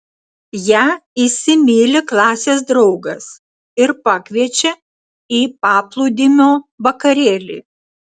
ją įsimyli klasės draugas ir pakviečia į paplūdimio vakarėlį